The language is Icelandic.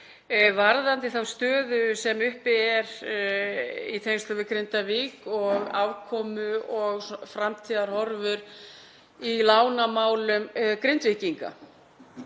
varðandi þá stöðu sem uppi er í tengslum við Grindavík og afkomu og framtíðarhorfur í lánamálum Grindvíkinga.